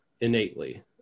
innately